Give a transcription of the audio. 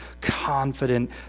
confident